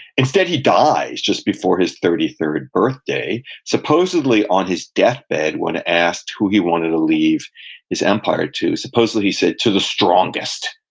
instead, he dies just before his thirty third birthday. supposedly, on his deathbed, when asked who he wanted to leave his empire to, supposedly he said, to the strongest,